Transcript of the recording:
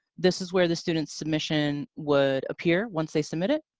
this is where the student's submission would appear once they submit it.